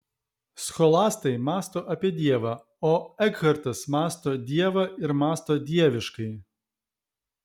scholastai mąsto apie dievą o ekhartas mąsto dievą ir mąsto dieviškai